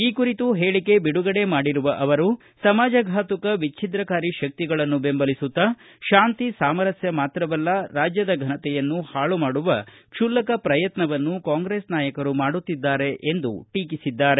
ಈ ಕುರಿತು ಹೇಳಿಕೆ ಬಿಡುಗಡೆ ಮಾಡಿರುವ ಅವರು ಸಮಾಜಘಾತುಕ ವಿಚ್ದಿದ್ರಕಾರಿ ಶಕ್ತಿಗಳನ್ನು ಬೆಂಬಲಿಸುತ್ತಾ ಶಾಂತಿ ಸಾಮರಸ್ಜ ಮಾತ್ರವಲ್ಲ ರಾಜ್ಯದ ಘನತೆಯನ್ನು ಹಾಳುಮಾಡುವ ಕ್ಷುಲ್ಲಕ ಪ್ರಯತ್ನವನ್ನು ಕಾಂಗ್ರೆಸ್ ನಾಯಕರು ಮಾಡುತ್ತಿದ್ದಾರೆ ಎಂದು ಟೀಕಿಸಿದ್ದಾರೆ